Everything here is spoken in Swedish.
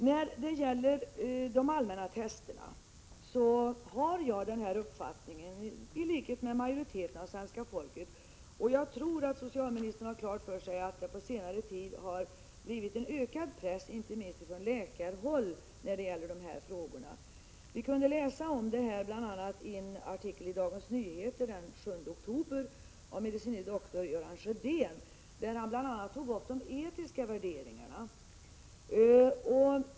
När det gäller de allmänna testerna har jag, i likhet med majoriteten av svenska folket, den uppfattning som jag redogjorde för. Jag tror att socialministern har klart för sig att det på senare tid blivit en ökad press inte minst från läkarhåll i dessa frågor. Vi kunde läsa om detta i en artikel i Dagens Nyheter den 7 oktober av medicine doktor Göran Sjödén. Han tog upp bl.a. de etiska värderingarna.